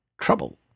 trouble